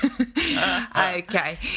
okay